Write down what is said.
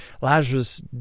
Lazarus